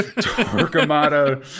Torquemada